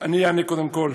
אני אענה קודם כול